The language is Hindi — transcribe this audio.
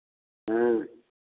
हाँ